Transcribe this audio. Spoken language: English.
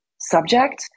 subject